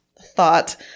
thought